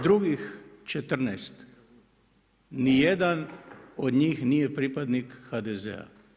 Drugih 14 nijedan od njih nije pripadnik HDZ-a.